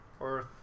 Earth